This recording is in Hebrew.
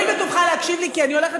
תואיל בטובך להקשיב לי כי אני הולכת